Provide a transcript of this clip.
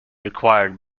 required